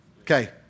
Okay